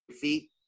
feet